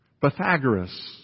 Pythagoras